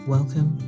Welcome